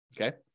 Okay